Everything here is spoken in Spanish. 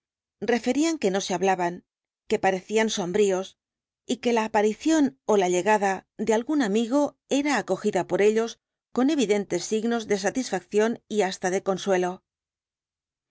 referían que no se hablaban que parecían sombríos y que la aparición ó la llegada de algún amigo era acogida por ellos con evidentes signos de satisfacción y hasta de consuelo